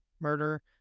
murder